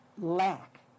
lack